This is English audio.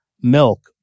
milk